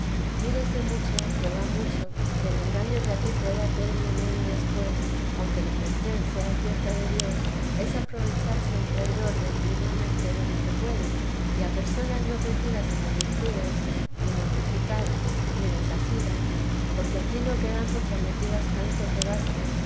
mírese mucho que va mucho que el engaño que aquí puede hacer el demonio después aunque la merced sea cierta de dios es aprovecharse el traidor de la mesma merced en lo que puede y a personas no crecidas en las virtudes ni mortificadas ni desasidas porque aquí no quedan fortalecidas tanto que baste